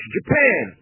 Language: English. Japan